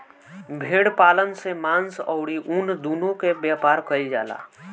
भेड़ पालन से मांस अउरी ऊन दूनो के व्यापार कईल जाला